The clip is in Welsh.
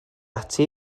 ati